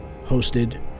hosted